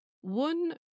One